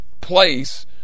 place